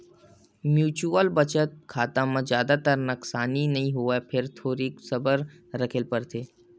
mutual बचत खाता म जादातर नसकानी नइ होवय फेर थोरिक सबर राखे ल परथे